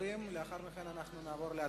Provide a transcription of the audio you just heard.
לאחר מכן נעבור להצבעה.